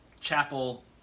chapel